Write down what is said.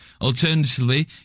Alternatively